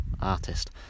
artist